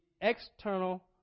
external